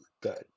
good